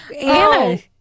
Anna